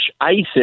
isis